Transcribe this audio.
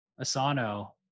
Asano